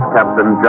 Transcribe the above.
Captain